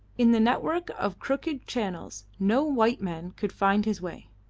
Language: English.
in the network of crooked channels no white man could find his way.